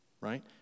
right